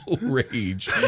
rage